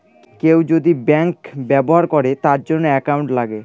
কেউ যদি ব্যাঙ্ক ব্যবহার করে তার জন্য একাউন্ট লাগে